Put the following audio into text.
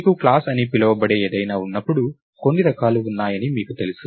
మీకు క్లాస్ అని పిలవబడే ఏదైనా ఉన్నప్పుడు కొన్ని రకాలు ఉన్నాయని మీకు తెలుసు